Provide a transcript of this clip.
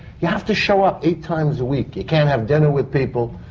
you have to show up eight times a week. you can't have dinner with people.